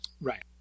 Right